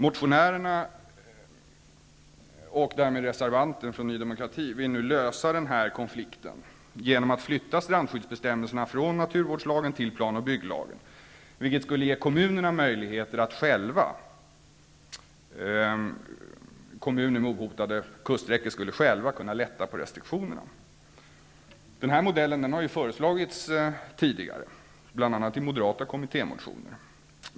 Motionärerna -- och därmed reservanten från Ny demokrati -- vill nu lösa den här konflikten genom att flytta strandskyddsbestämmelserna från naturvårdslagen till plan och bygglagen. Detta skulle ge kommuner med ohotade kuststräckor möjlighet att själva lätta på restriktionerna. Denna modell har föreslagits tidigare, bl.a. i moderata kommittémotioner.